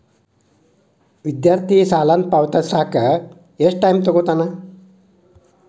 ವಿದ್ಯಾರ್ಥಿ ಸಾಲನ ಪಾವತಿಸಕ ಎಷ್ಟು ಟೈಮ್ ತೊಗೋತನ